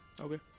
Okay